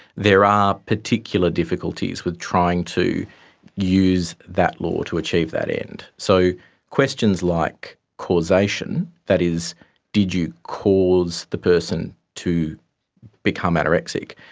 there are particular difficulties with trying to use that law to achieve that end. so questions like causation, that is did you cause the person to become anorexic,